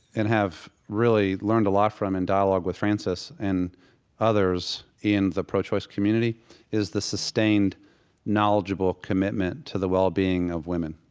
and have really learned a lot from in dialogue with frances and others in the pro-choice community is the sustained knowledgeable commitment to the well-being of women.